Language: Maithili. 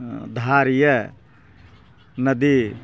धार यऽ नदी